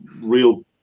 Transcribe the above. real